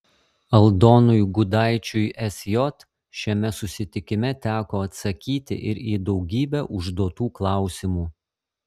aldonui gudaičiui sj šiame susitikime teko atsakyti ir į daugybę užduotų klausimų